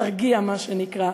תרגיע מה שנקרא,